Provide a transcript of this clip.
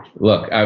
look, ah